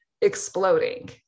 exploding